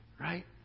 right